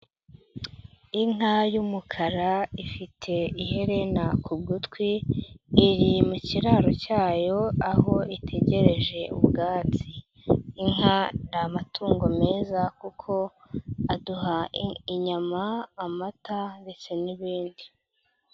Inka y'umukara, ifite iherena ku gutwi, iri mu kiraro cyayo aho itegereje ubwatsi. Inka ni amatungo meza kuko aduha inyama, amata ndetse n'ibindi.